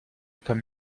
comme